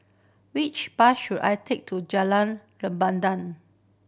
which bus should I take to Jalan